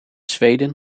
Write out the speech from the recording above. zweden